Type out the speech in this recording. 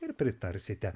ir pritarsite